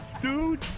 dude